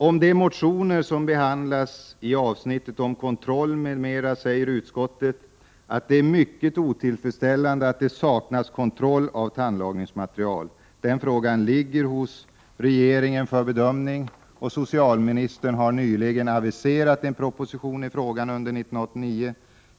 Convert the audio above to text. Om de motioner som behandlas i avsnittet om kontroll m.m. säger utskottet att det är mycket otillfredsställande att det saknas kontroll av tandlagningsmaterial. Den frågan ligger hos regeringen för bedömning, och socialministern har nyligen aviserat en proposition i frågan under 1989.